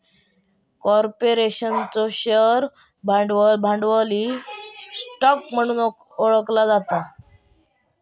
कॉर्पोरेशनचो शेअर भांडवल, भांडवली स्टॉक म्हणून ओळखला जाता